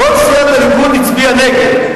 כל סיעת הליכוד הצביעה נגד.